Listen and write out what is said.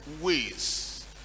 ways